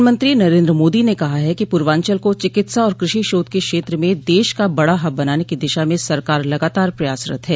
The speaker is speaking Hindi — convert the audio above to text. प्रधानमंत्री नरेंद्र मोदी ने कहा है कि पूर्वांचल को चिकित्सा और कृषि शोध के क्षेत्र में देश का बड़ा हब बनाने की दिशा में सरकार लगातार प्रयासरत है